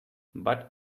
but